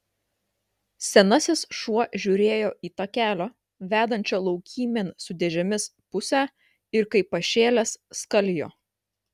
senasis šuo žiūrėjo į takelio vedančio laukymėn su dėžėmis pusę ir kaip pašėlęs skalijo